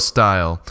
Style